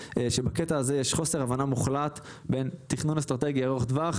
שבקטע הזה יש חוסר הבנה מוחלט בין תכנון אסטרטגי ארוך טווח,